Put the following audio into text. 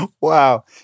Wow